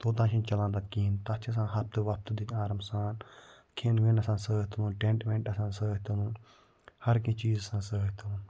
توٚتام چھِنہٕ چَلان تَتھ کِہیٖنۍ تَتھ چھِ آسان ہفتہٕ وفتہٕ دِنۍ آرام سان کھٮ۪ن وٮ۪ن آسان سۭتۍ تُلُن ٹٮ۪نٛٹ وٮ۪نٛٹ آسان سۭتۍ تُلُن ہَر کیٚنٛہہ چیٖز چھِ آسان سۭتۍ تُلُن